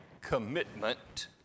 commitment